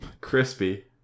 Crispy